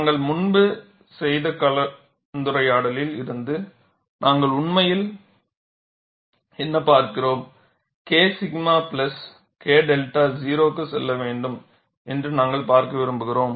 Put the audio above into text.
நாங்கள் முன்பு செய்த கலந்துரையாடலில் இருந்து நாங்கள் உண்மையில் என்ன பார்க்கிறோம் K 𝛔 பிளஸ் K 𝛅 0 க்கு செல்ல வேண்டும் என்று நாங்கள் பார்க்க விரும்புகிறோம்